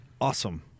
awesome